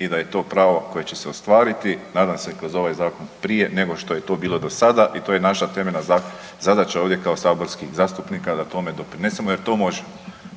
i da je to pravo koje će se ostvariti nadam se kroz ovaj zakon prije nego što je to bilo do sada i to je naša temeljna zadaća ovdje kao saborskih zastupnika da tome doprinesemo jer to možemo.